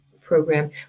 program